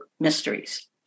Mysteries